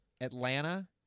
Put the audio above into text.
Atlanta—